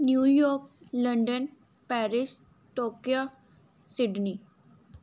New York London Paris Tokyo Sydney